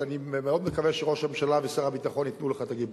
אז אני מאוד מקווה שראש הממשלה ושר הביטחון ייתנו לך את הגיבוי.